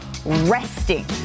resting